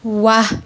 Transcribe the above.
ৱাহ